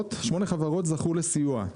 חברות זכו לסיוע.